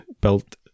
built